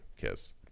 kiss